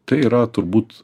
tai yra turbūt